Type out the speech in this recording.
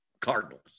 cardinals